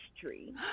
tree